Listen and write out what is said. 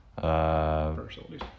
Facilities